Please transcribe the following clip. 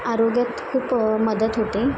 आरोग्यात खूप मदत होते